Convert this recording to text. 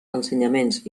ensenyaments